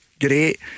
great